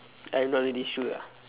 I'm not really sure ah